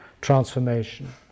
transformation